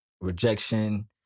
rejection